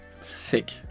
sick